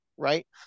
Right